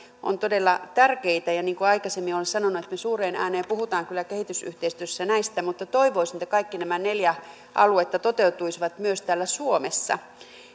ovat todella tärkeitä ja niin kuin aikaisemmin olen sanonut me suureen ääneen puhumme kyllä kehitysyhteistyössä näistä mutta toivoisin että kaikki nämä neljä aluetta toteutuisivat myös täällä suomessa